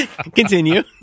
continue